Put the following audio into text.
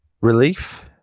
Relief